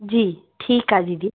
जी ठीकु आहे दीदी